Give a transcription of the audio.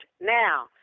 Now